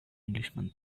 englishman